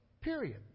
period